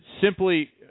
Simply